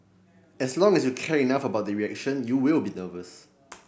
as long as you care enough about the reaction you will be nervous